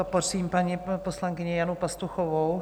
Poprosím paní poslankyni Janu Pastuchovou.